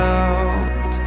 out